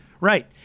Right